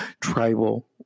tribal